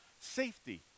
safety